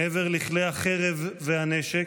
מעבר לכלי החרב והנשק,